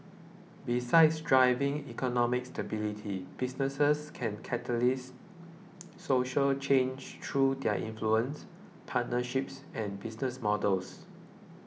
besides driving economic stability businesses can catalyse social change through their influence partnerships and business models